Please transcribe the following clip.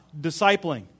discipling